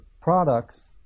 products